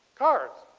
cars.